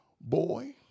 Boy